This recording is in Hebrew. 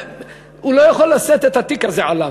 הוא לא יכול לשאת את התיק הזה עליו.